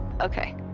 Okay